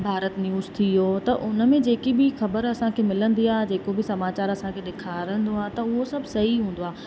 Bharat news थी वियो त उन ई जेकी बि ख़बर असांखे मिलंदी आहे जेको बि समाचारु असांखे ॾेखारींदो आहे त उहो सभु सही हूंदो आहे